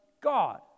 God